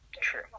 True